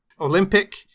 Olympic